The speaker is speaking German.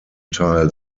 teil